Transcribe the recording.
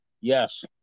Yes